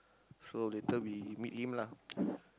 so later we meet him lah